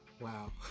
wow